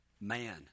man